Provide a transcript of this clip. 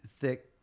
thick